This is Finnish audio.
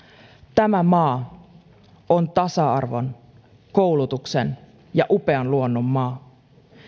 tämä maa on tasa arvon koulutuksen ja upean luonnon maa